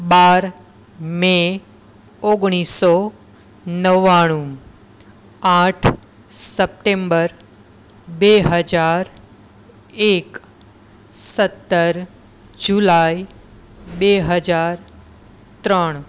બાર May ઓગણીસસો નવ્વાણું આઠ સપ્ટેમ્બર બે હજાર એક સત્તર જુલાઈ બે હજાર ત્રણ